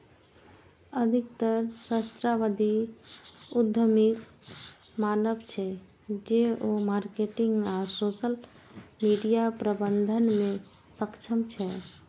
अधिकतर सहस्राब्दी उद्यमीक मानब छै, जे ओ मार्केटिंग आ सोशल मीडिया प्रबंधन मे सक्षम छै